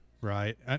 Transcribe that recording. right